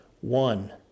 one